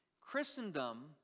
Christendom